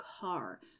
car